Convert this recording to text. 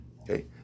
Okay